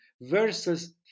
versus